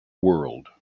world